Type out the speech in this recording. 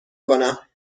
کنم